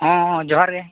ᱦᱮᱸ ᱦᱮᱸ ᱡᱚᱦᱟᱨ ᱜᱮ